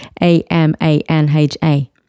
A-M-A-N-H-A